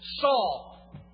Saul